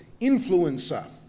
Influencer